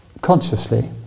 consciously